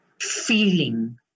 feeling